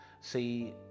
See